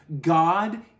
God